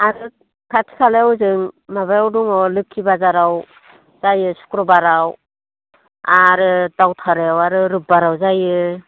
आरो खाथि खालायाव हजों माबायाव दङ लोक्षि बाजाराव जायो शुक्रुबाराव आरो दावथारायाव आरो रुबबाराव जायो